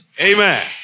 Amen